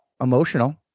emotional